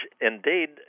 Indeed